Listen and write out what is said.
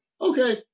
okay